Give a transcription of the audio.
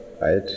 right